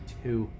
two